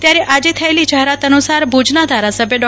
ત્યારે આજે થયેલી જાહેરાત અનુસાર ભુજના ધારાસભ્ય ડો